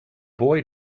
boy